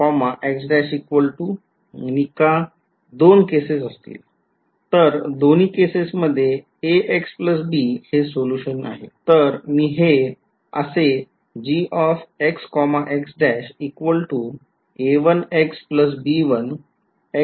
दोन केसेस असतील तर दोन्ही केसेस मध्ये हे सोल्यूशन आहे